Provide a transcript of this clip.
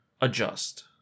adjust